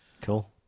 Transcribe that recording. Cool